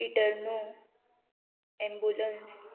इटर्नो ambulance